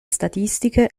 statistiche